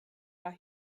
war